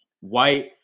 White